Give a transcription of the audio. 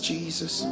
Jesus